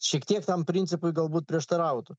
šiek tiek tam principui galbūt prieštarautų